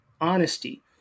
honesty